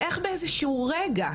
איך באיזה שהוא רגע,